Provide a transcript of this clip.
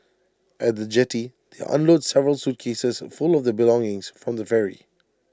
at the jetty they unload several suitcases full of their belongings from the ferry